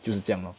就是这样 lor